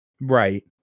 Right